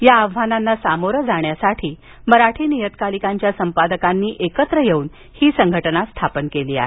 या आव्हानांना सामोरं जाण्यासाठी मराठी नियतकालिकांच्या संपादकांनी एकत्र येऊन ही संघटना स्थापन केली आहे